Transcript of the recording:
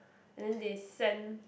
and then they send